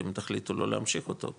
אם תחליטו לא להמשיך אותו,